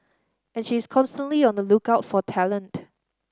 and she is constantly on the lookout for talent